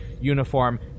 uniform